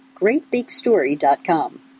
GreatBigStory.com